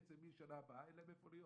בעצם משנה הבאה אין להם איפה להיות.